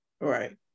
right